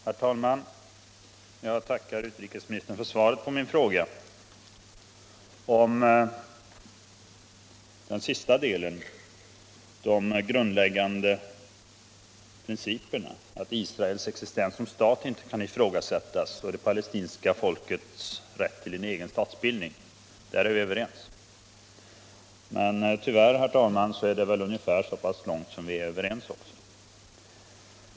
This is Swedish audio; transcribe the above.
Herr talman! Jag tackar utrikesministern för svaret på min fråga. Den sista delen av det, som handlar om de grundläggande principerna att Israels existens som stat inte kan ifrågasättas och om det palestinska folkets rätt till en egen statsbildning, är vi ense om. Men tyvärr, herr talman, är det väl ungefär bara så långt som vi är överens.